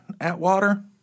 Atwater